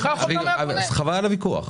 חבל על הוויכוח.